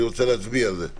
אני מצביע.